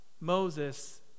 Moses